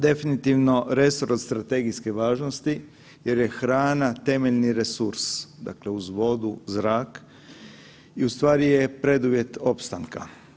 Definitivno resor od strategijske važnosti jer je hrana temeljni resurs, dakle uz vodu, zrak i ustvari je preduvjet opstanka.